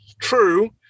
true